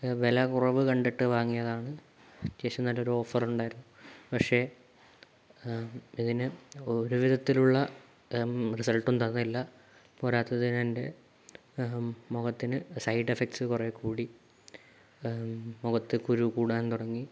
വില കുറവ് കണ്ടിട്ട് വാങ്ങിയതാണ് അത്യാവശ്യം നല്ല ഒരു ഓഫർ ഉണ്ടായിരുന്നു പക്ഷെ ഇതിന് ഒരു വിധത്തിലുള്ള റിസൾട്ടും തന്നില്ല പോരാത്തതിന് എൻ്റെ മുഖത്തിന് സൈഡ് എഫക്ട്സ് കുറേ കൂടി മുഖത്ത് കുരു കൂടാൻ തുടങ്ങി